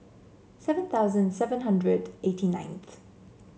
seven thousand seven hundred eighty ninth